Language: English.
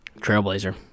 trailblazer